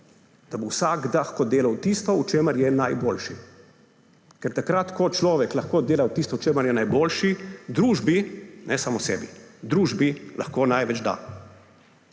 da bo vsak lahko delal tisto, v čemer je najboljši. Ker takrat ko človek lahko dela tisto, v čemer je najboljši, družbi, ne samo sebi, družbi lahko največ da.